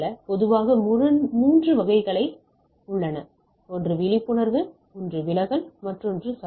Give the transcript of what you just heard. பொதுவாக 3 வகை விஷயங்கள் உள்ளன ஒன்று விழிப்புணர்வு ஒன்று விலகல் மற்றொன்று சத்தம்